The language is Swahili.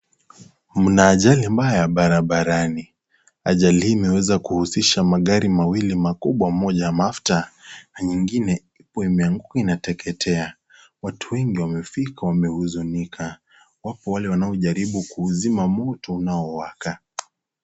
Mna ajali mbaya barabarani , ajali hii imeweza kuhusisha magari mawili makubwa moja ya mafuta na nyingine ipo imeanguka inateketea , watu wengi wamefika wamehuzunika wapo wale wanao jaribu kuuzima moto unaowaka.